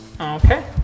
Okay